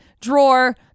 drawer